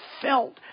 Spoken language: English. felt